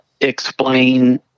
explain